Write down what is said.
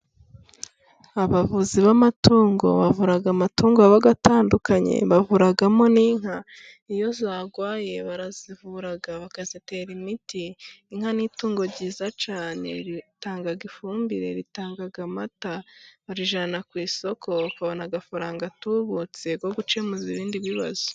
Abavuzi b'amatungo， bavura amatungo aba atandukanye， bavuramo n'inka， iyo zarwaye barazivura，bakazitera imiti. Inka ni itungo ryiza cyane，ritanga ifumbire，ritanga amata，barijyana ku isoko， bakabona amafaranga atubutse， yo gukemuza ibindi bibazo.